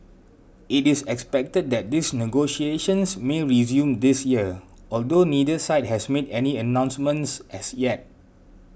it is expected that these negotiations may resume this year although neither side has made any announcements as yet